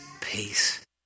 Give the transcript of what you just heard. peace